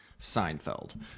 Seinfeld